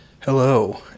Hello